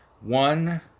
one